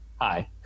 hi